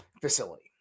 facility